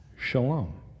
Shalom